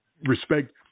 respect